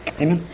Amen